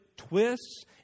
twists